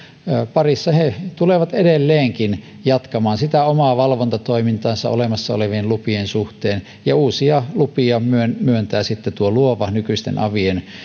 parissa tulevat edelleenkin jatkamaan sitä omaa valvontatoimintaansa olemassa olevien lupien suhteen ja uusia lupia myöntää sitten luova nykyisten avien